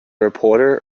reporter